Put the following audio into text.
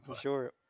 Sure